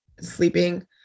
sleeping